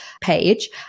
page